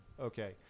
Okay